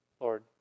Lord